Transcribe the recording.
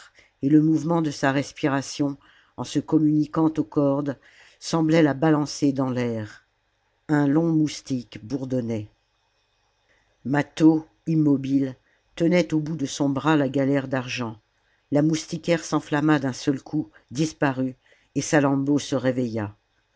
et le mouvement de sa respiration en se communiquant aux cordes semblait la balancer dans l'air un long moustique bourdonnait mâtho immobile tenait au bout de son bras la galère d'argent la moustiquaire s'enflamma salammbo d'un seul coup disparut et salammbô se réveilla